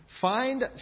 Find